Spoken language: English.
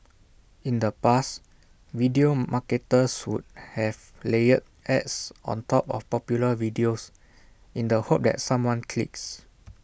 in the past video marketers would have layered ads on top of popular videos in the hope that someone clicks